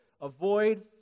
Avoid